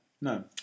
No